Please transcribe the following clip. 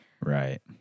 Right